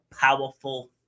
powerful